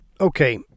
okay